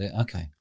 Okay